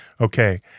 Okay